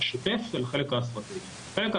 לשוטף ולחלק האסטרטגי.